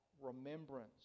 remembrance